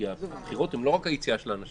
כי הבחירות הן לא רק היציאה של האנשים,